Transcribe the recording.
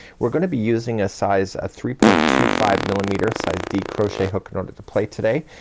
we're gonna be using a size, ah three point two five millimeter, size d crochet hook in order to play today.